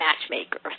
matchmaker